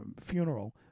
funeral